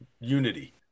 unity